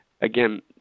again